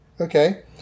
Okay